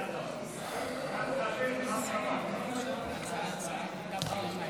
הטרומית ותעבור לוועדת הכלכלה להכנתה לקריאה הראשונה.